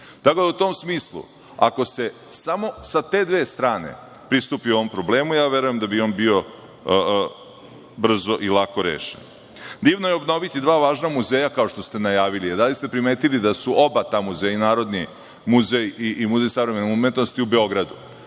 da u tom smislu, ako se samo sa te dve strane pristupi ovom problemu, ja verujem da bi on bio brzo i lako rešen. Divno je obnoviti dva važna muzeja kao što ste najavili, a da li ste primetili da su oba ta muzeja, i Narodni muzej i Muzej savremene umetnosti, u